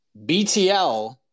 btl